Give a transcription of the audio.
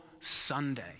Sunday